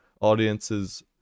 audiences